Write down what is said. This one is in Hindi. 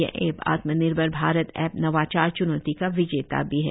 यह ऐप आत्मनिर्भर भारत ऐप नवाचार च्नौती का विजेता भी है